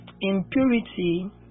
impurity